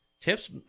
Tips